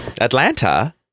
Atlanta